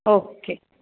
okay